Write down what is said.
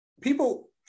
people